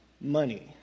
money